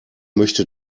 möchte